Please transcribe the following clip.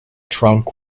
trunk